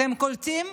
אתם קולטים?